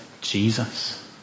Jesus